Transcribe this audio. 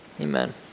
Amen